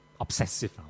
Obsessive